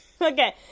Okay